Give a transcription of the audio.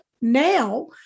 now